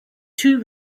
two